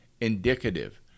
indicative